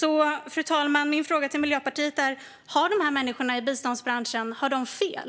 Fru talman! Min fråga till Miljöpartiet är: Har dessa människor i biståndsbranschen fel?